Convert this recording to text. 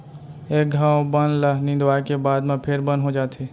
एक घौं बन ल निंदवाए के बाद म फेर बन हो जाथे